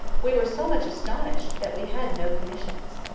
we were so much astonished that we had no commissions.